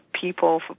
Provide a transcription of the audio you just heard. people